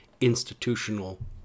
institutional